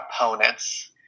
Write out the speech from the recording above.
opponents